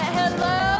hello